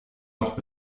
noch